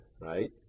right